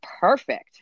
perfect